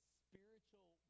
spiritual